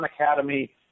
Academy